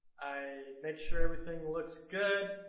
i make sure everything looks good,